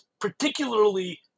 particularly